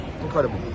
incredible